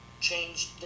changed